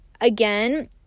Again